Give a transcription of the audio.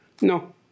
No